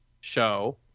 show